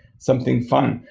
something fun.